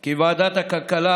כי ועדת הכלכלה